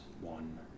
one